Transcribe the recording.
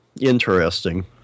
interesting